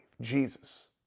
Jesus